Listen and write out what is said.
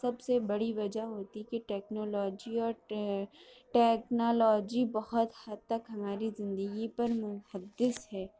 سب سے بڑی وجہ ہوتی ہے کہ ٹیکنالوجی اور ٹیکنالوجی بہت حد تک ہماری زندگی پر منحدث ہے